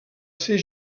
ser